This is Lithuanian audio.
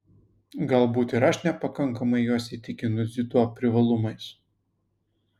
galbūt ir aš nepakankamai juos įtikinu dziudo privalumais